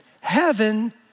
Heaven